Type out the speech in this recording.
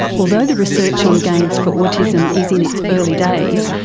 although the research on games for autism is in its early days,